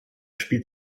spielt